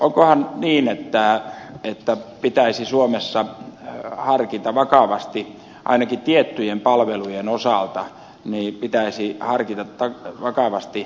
onkohan niin että suomessa pitäisi harkita vakavasti ainakin tiettyjen palvelujen osalta mihin pitäisi harkita vakavasti